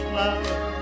love